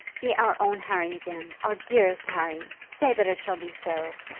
be our own harry again our dearest harry. say that it shall be so.